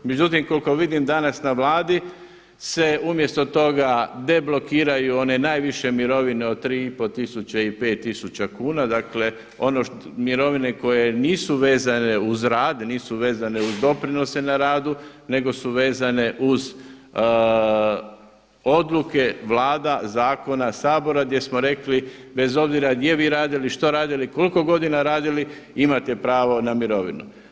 Međutim, koliko vidim danas na Vladi se umjesto toga deblokiraju one najviše mirovine od 3,5 tisuće i 5 tisuća kuna, dakle mirovine koje nisu vezane uz rad, nisu vezane uz doprinose na radu nego su vezane uz odluke Vlada, zakona, Sabora, gdje smo rekli bez obzira gdje vi radili, što radili, koliko godina radili imate pravo na mirovinu.